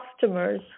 customers